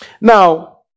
Now